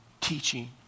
teaching